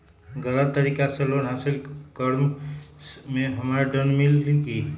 गलत तरीका से लोन हासिल कर्म मे हमरा दंड मिली कि?